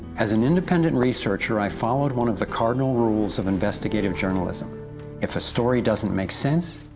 as an independent researcher, i followed one of the cardinal rules of investigative journalism if a story doesn't make sense,